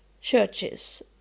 churches